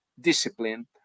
discipline